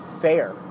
fair